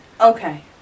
Okay